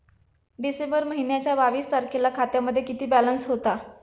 डिसेंबर महिन्याच्या बावीस तारखेला खात्यामध्ये किती बॅलन्स होता?